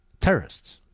terrorists